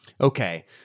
Okay